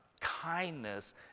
kindness